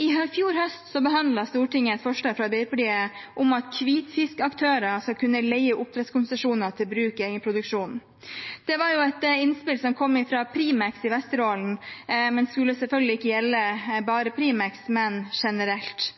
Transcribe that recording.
I fjor høst behandlet Stortinget et forslag fra Arbeiderpartiet om at hvitfiskaktører skal kunne leie oppdrettskonsesjoner til bruk i egenproduksjon. Det var et innspill som kom fra Primex i Vesterålen, men skulle selvfølgelig ikke gjelde bare Primex, men generelt.